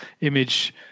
image